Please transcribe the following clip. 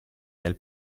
del